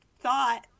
thought